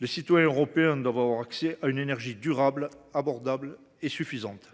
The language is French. Les citoyens européens doivent avoir accès à une énergie durable, abordable et en quantité suffisante.